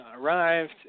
arrived